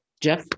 Jeff